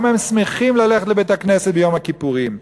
למה הם שמחים ללכת לבית-הכנסת ביום הכיפורים?